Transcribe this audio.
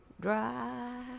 dry